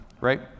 right